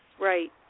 Right